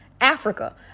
Africa